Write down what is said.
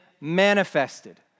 manifested